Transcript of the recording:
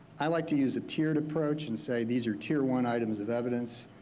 i like to use a tiered approach and say, these are tier one items of evidence,